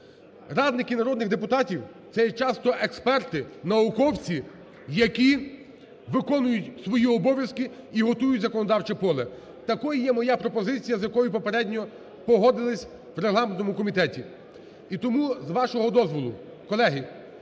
Радники народних депутатів це є часто експерти, науковці, які виконують свої обов'язки і готують законодавче поле. Такою є моя пропозиція, з якою попередньо погодилися в регламентному комітеті. І тому, з вашого дозволу, колеги,